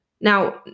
Now